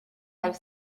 have